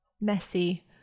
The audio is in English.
messy